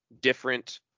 different